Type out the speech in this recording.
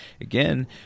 again